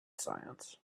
science